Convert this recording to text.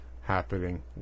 happening